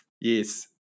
yes